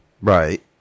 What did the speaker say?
Right